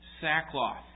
sackcloth